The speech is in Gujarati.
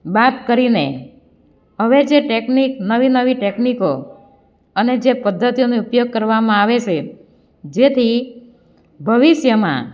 માફ કરીને હવે જે ટેકનિક નવી નવી ટેકનિકો અને જે પદ્ધતિઓનો ઉપયોગ કરવામાં આવે છે જેથી ભવિષ્યમાં